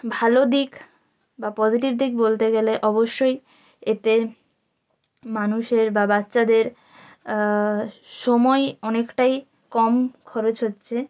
ভালো দিক বা পসিটিভ দিক বলতে গেলে অবশ্যই এতে মানুষের বা বাচ্চাদের সময় অনেকটাই কম খরচ হচ্ছে